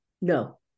No